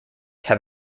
have